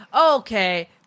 okay